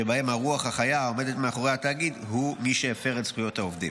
שבהם הרוח החיה העומדת מאחורי התאגיד היא מי שהפר את זכויות העובדים.